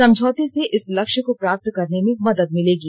समझौते से इस लक्ष्य को प्राप्त करने में मदद मिलेगी